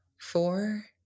four